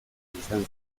izan